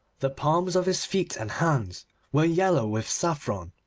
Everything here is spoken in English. the palms of his feet and hands were yellow with saffron.